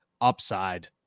upside